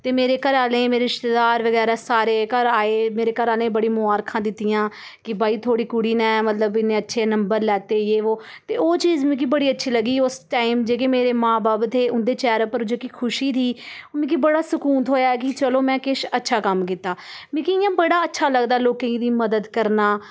ते मेरे घर आह्लें मेरे रिश्तेदार बगैरा सारे घर आए मेरे घर आह्लें बड़ी मबारखां दित्तियां कि भाई थुआढ़ी कुड़ी ने मतलब इन्ने अच्छे नंबर लैते जे बो ते ओह् चीज़ मिगी बड़ी अच्छी लग्गी उस टाइम जेह्के मेरे मां बब्ब थे उं'दे चेह्रे उप्पर जेह्की खुशी थी ओह् मिकी बड़ी सकून थ्होएआ ऐ कि चलो में किश अच्छा कम्म कीता मिगी इ'यां बड़ा अच्छा लगदा लोकें गी दी मदद करना